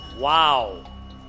Wow